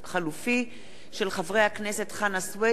הצעתם של חברי הכנסת חנא סוייד וגאלב מג'אדלה.